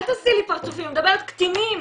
אל תעשי לי פרצופים, אני מדברת על קטינים.